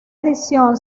edición